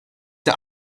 der